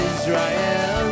Israel